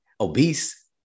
obese